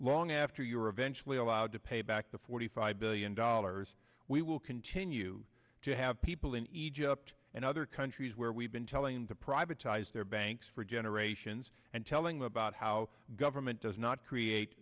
long after you're eventually allowed to pay back the forty five billion dollars we will continue to have people in egypt and other countries where we've been telling the privatized their banks for generations and telling them about how government does not create